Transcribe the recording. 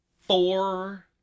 four